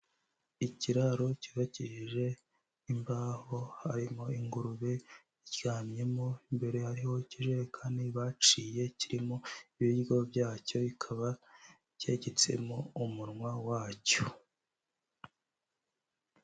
Ikiraro cyubakishije imbaho, harimo ingurube iryamyemo, imbere hariho ikijerekani baciye, kirimo ibiryo byacyo, bikaba cyegetsemo umunwa wacyo.